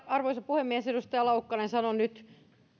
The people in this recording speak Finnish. arvoisa puhemies edustaja laukkanen sanon nyt tässä